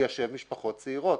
ליישב משפחות צעירות.